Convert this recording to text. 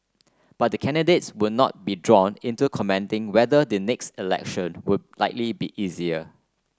but the candidates would not be drawn into commenting whether the next election would likely be easier